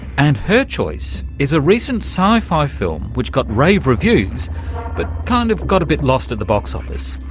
and her choice is a recent sci-fi film which got rave reviews but kind of got a bit lost at the box office.